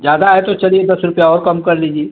ज्यादा है तो चलिए दस रुपये और कम कर लीजिए